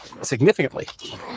significantly